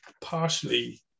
partially